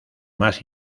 más